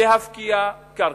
להפקיע קרקע.